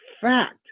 fact